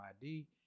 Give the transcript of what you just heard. ID